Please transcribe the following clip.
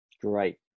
great